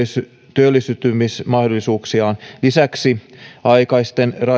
työllistymismahdollisuuksiaan lisäksi aikaisten